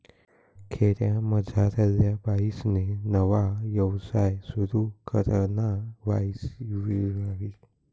खेडामझारल्या बाईसले नवा यवसाय सुरु कराना व्हयी ते त्यासले माहिती कोठे भेटी?